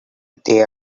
they